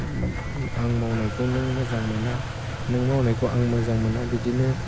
आं मावनायखौ नों मोजां मोना नों मावनायखौ आं मोजां मोना बिदिनो